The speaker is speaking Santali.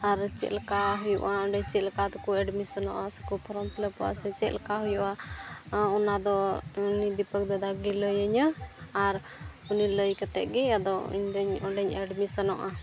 ᱟᱨ ᱪᱮᱫ ᱞᱮᱠᱟ ᱦᱩᱭᱩᱜᱼᱟ ᱚᱸᱰᱮ ᱪᱮᱫ ᱞᱮᱠᱟ ᱛᱮᱠᱚ ᱮᱰᱢᱤᱥᱚᱱᱚᱜᱼᱟ ᱥᱮᱠᱚ ᱯᱷᱨᱚᱢ ᱯᱷᱤᱞᱟᱯᱚᱜᱼᱟ ᱥᱮ ᱪᱮᱫ ᱞᱮᱠᱟ ᱦᱩᱭᱩᱜᱼᱟ ᱚᱱᱟᱫᱚ ᱩᱱᱤ ᱫᱤᱯᱚᱠ ᱫᱟᱫᱟ ᱜᱮ ᱞᱟᱹᱭᱤᱧᱟᱹ ᱟᱨ ᱩᱱᱤ ᱞᱟᱹᱭ ᱠᱟᱛᱮᱫ ᱜᱮ ᱟᱫᱚ ᱤᱧᱫᱚ ᱚᱸᱰᱮᱧ ᱮᱰᱢᱤᱥᱮᱱᱚᱜᱼᱟ